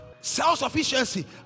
Self-sufficiency